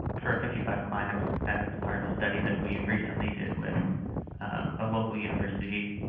for fifty five clients as part of a study that we recently did with a local university,